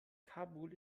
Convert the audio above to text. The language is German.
kabul